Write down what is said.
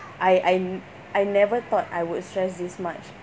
I I I never thought I would stress this much